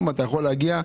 אתה יודע,